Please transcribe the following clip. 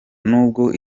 nubwo